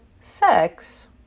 sex